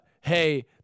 Hey